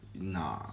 Nah